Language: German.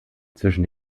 zwischen